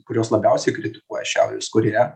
kurios labiausiai kritikuoja šiaurės korėją